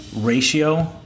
ratio